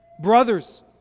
Brothers